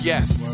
Yes